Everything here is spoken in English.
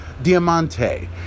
Diamante